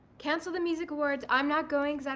cancel the music awards, i'm not going,